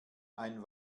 ein